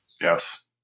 Yes